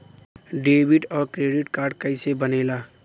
Debit और credit card कईसे बने ने ला?